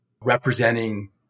representing